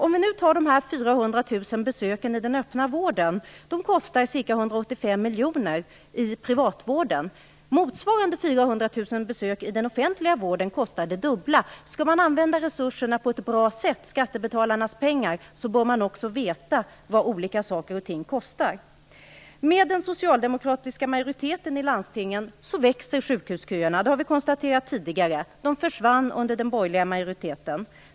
Om vi tar de 400 000 besöken i den öppna vården kostar de ca 185 miljoner i privatvården. Motsvarande 400 000 besök i den offentliga vården kostar det dubbla. Skall man använda resurserna och skattebetalarnas pengar på ett bra sätt bör man också veta vad olika saker kostar. Med den socialdemokratiska majoriteten i landstingen växer sjukhusköerna. Det har vi konstaterat tidigare. De försvann under den borgerliga majoriteten.